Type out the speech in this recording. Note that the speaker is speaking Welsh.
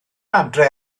adre